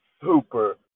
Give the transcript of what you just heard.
super